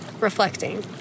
reflecting